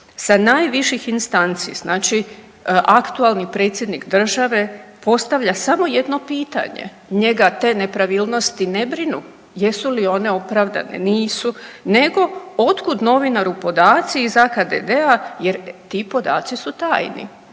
sa najviših instanci znači aktualni predsjednik države postavlja samo jedno pitanje, njega te nepravilnosti ne brinu jesu li one opravdane, nisu nego od kud novinaru podaci iz AKDD-a jer ti podaci su tajni.